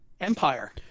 Empire